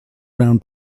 round